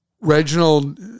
Reginald